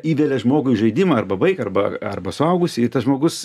įvelia žmogui į žaidimą arba vaiką arba arba suaugusįjį tas žmogus